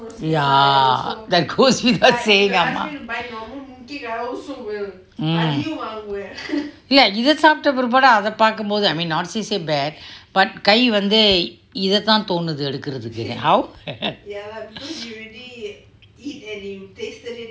ya that goes by saying அம்மா இல்ல இத சாப்ட்ட பிற்பாடு அத பார்கும் போது:amma illa itha saaptha pirpaadu atha parkum pothi not to say bad கை வந்து இத தா தோணுது எடுக்கறதுக்கு:kai vanthu itha tha thoonuthu edukkarathuku